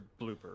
Blooper